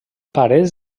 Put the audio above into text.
parets